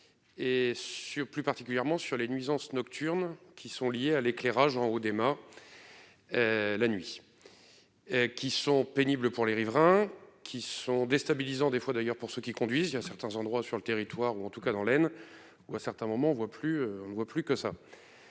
ce plus particulièrement sur les nuisances nocturnes qui sont liées à l'éclairage en haut des mâts la nuit qui sont pénibles pour les riverains qui sont déstabilisants des fois d'ailleurs pour ceux qui conduisent bien certains endroits sur le territoire ou en tout cas dans l'aine ou à certains moment, on voit plus, on